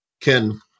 Ken